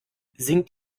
singt